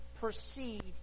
proceed